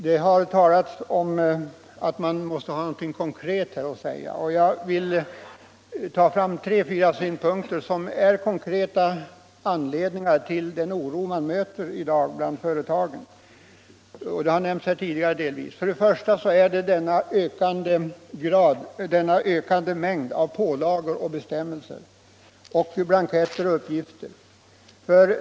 Det har sagts i debatten här att man måste ha något konkret att peka på, och jag vill därför i några punkter ta upp konkreta anledningar till den oro man möter i dag bland företagen. De har också delvis berörts tidigare i debatten. För det första gäller det den ökande mängden av pålagor och bestämmelser samt blanketter och uppgifter som skall lämnas in.